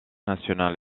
nationale